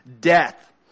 death